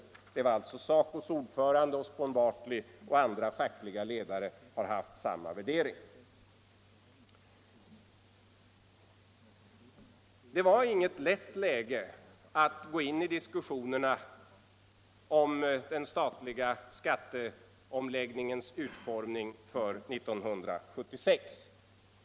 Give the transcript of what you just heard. Det var alltså SACO:s ordförande Osborne Bartley som sade detta, och andra fackliga ledare har haft samma värdering. Det var inget lätt läge när det gällde att gå in i diskussionerna om den statliga skatteomläggningens utformning för 1976.